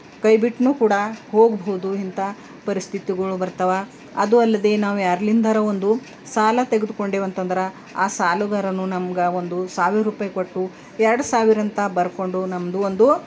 ಕೈಬಿಟ್ಟು ಕೂಡ ಹೋಗಬಹುದು ಇಂಥ ಪರಿಸ್ಥಿತಿಗಳು ಬರ್ತವೆ ಅದು ಅಲ್ಲದೆ ನಾವು ಯಾರ್ಲಿಂದರೆ ಒಂದು ಸಾಲ ತೆಗದುಕೊಂಡೇವಂತಂದ್ರೆ ಆ ಸಾಲುಗಾರನು ನಮಗೆ ಒಂದು ಸಾವಿರ್ರುಪಾಯಿ ಕೊಟ್ಟು ಎರ್ಡು ಸಾವಿರ ಅಂತ ಬರ್ಕೊಂಡು ನಮ್ಮದು ಒಂದು